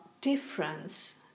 difference